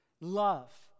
Love